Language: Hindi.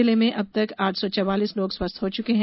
जिले में अब तक आठ सौ चवालीस लोग स्वस्थ हो चुके हैं